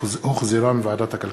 שהחזירה ועדת הכלכלה.